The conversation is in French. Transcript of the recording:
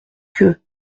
que